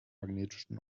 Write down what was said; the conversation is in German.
magnetischen